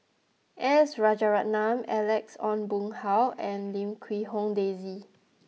S Rajaratnam Alex Ong Boon Hau and Lim Quee Hong Daisy